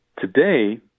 Today